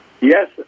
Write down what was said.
Yes